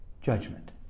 judgment